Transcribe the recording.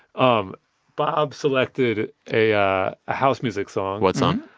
um bob selected a yeah house music song what song?